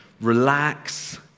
relax